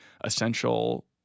essential